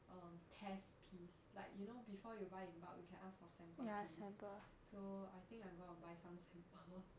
um test piece like you know before you buy in bulk you can ask for sample piece so I think I'm going to buy some sample